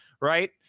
Right